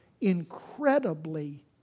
incredibly